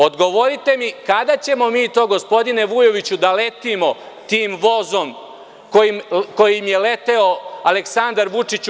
Odgovorite mi kada ćemo mi to gospodine Vujoviću da letimo tim vozom kojim je leteo Aleksandar Vučić